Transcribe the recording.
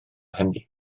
hynny